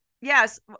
yes